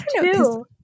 two